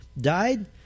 died